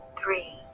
three